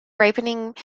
ripening